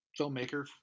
filmmaker